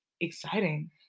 exciting